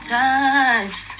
times